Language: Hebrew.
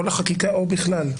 או לחקיקה או בכלל,